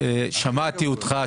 שמעתי אותך,